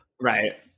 Right